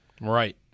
Right